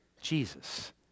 Jesus